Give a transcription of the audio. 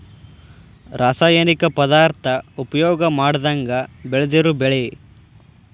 ರಾಸಾಯನಿಕ ಪದಾರ್ಥಾ ಉಪಯೋಗಾ ಮಾಡದಂಗ ಬೆಳದಿರು ಬೆಳಿ